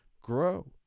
Grow